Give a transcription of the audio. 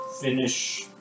finish